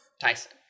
Tyson